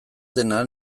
dena